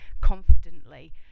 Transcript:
confidently